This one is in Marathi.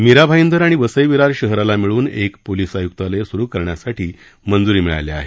मीरा भाईदर आणि वसई विरार शहराला मिळून एक पोलीस आय्क्तालय सुरू करण्यासाठी मंजूरी मिळाली आहे